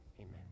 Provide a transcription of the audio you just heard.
amen